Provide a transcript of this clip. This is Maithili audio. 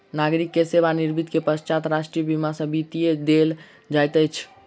नागरिक के सेवा निवृत्ति के पश्चात राष्ट्रीय बीमा सॅ वृत्ति देल जाइत अछि